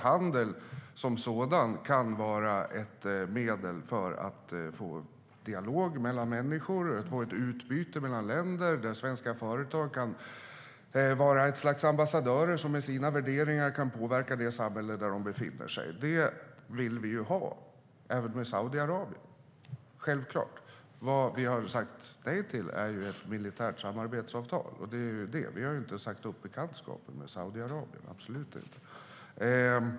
Handel som sådan kan vara ett medel för att få dialog mellan människor och ett utbyte mellan länder där svenska företag kan vara ett slags ambassadörer som med sina värderingar kan påverka det samhälle där de befinner sig. Det vill vi ha även med Saudiarabien. Det är självklart. Vad vi har sagt nej till är ett militärt samarbetsavtal. Vi har inte sagt upp bekantskapen med Saudiarabien - absolut inte.